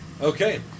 Okay